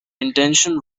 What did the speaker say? intention